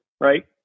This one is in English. Right